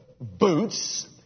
boots